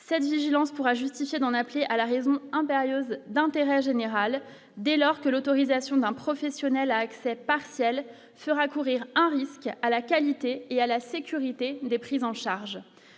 cette vigilance pourra justifier d'en appeler à la raison impérieuse d'intérêt général, dès lors que l'autorisation d'un professionnel accès partiel fera courir un risque à la qualité et à la sécurité des prises en charge